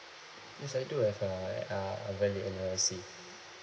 yes I do I have uh uh a valid N_R_I_C